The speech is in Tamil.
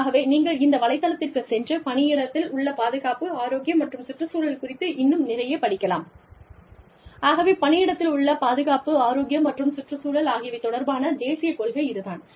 ஆகவே நீங்கள் இந்த வலைத்தளத்திற்கு சென்று பணியிடத்தில் உள்ள பாதுகாப்பு ஆரோக்கியம் மற்றும் சுற்றுச்சூழல் குறித்து இன்னும் நிறையப் படிக்கலாம் ஆகவே பணியிடத்தில் உள்ள பாதுகாப்பு ஆரோக்கியம் மற்றும் சுற்றுச்சூழல் ஆகியவை தொடர்பான தேசிய கொள்கை இதுதான்